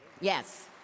Yes